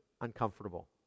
uncomfortable